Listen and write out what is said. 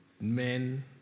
men